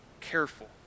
careful